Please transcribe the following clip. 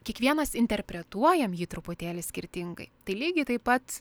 kiekvienas interpretuojam jį truputėlį skirtingai tai lygiai taip pat